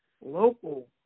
local